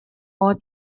ort